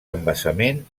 embassament